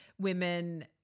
women